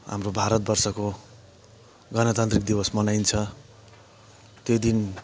हाम्रो भारतवर्षको गणतन्त्र दिवस मनाइन्छ त्यो दिन